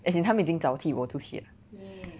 as in 他们已经早踢我出去 liao